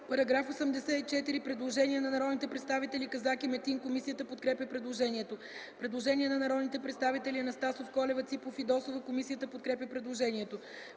По § 84 има предложение на народните представители Четин Казак и Митхат Метин. Комисията подкрепя предложението. Предложение на народните представители Анастасов, Колева, Ципов, Фидосова. Комисията подкрепя предложението.